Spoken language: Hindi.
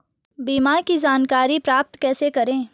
बीमा की जानकारी प्राप्त कैसे करें?